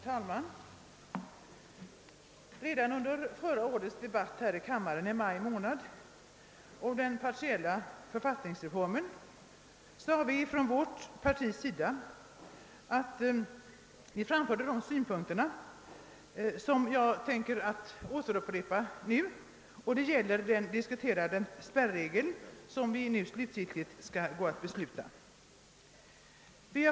Herr talman! Redan under förra årets debatt här i kammaren i maj månad om den partiella författningsreformen hade vi från vårt partis sida tillfälle framföra våra synpunkter på den nu diskuterade spärregeln, som vi slutgiltigt skall fatta beslut om i dag.